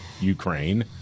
Ukraine